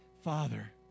Father